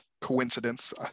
coincidence